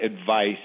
advice